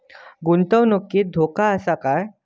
गुंतवणुकीत धोको आसा काय?